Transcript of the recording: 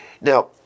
Now